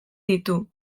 ditu